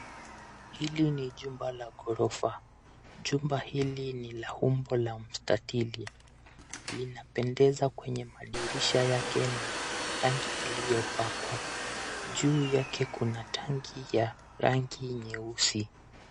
Hili ni jumba la gorofa. Jumba hili ni la umbo la mstatiri. Linapendeza kwenye madirisha yake na rangi iliyopakwa. Juu yake kuna tanki ya rangi nyeusi.